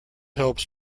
helps